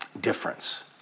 difference